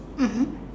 mmhmm